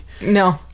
No